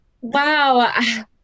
wow